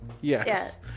yes